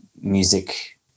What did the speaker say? music